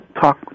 talk